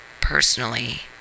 personally